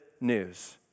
news